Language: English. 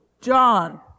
John